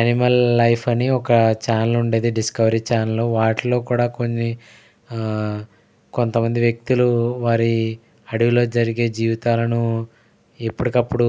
Animal life అని ఒక channel ఉండేది డిస్కవరీ ఛానల్ వాటిలో కూడా కొన్ని కొంత మంది వ్యక్తులు వారి అడవిలో జరిగే జీవితాలను ఎప్పటికప్పుడు